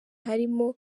harimo